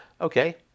okay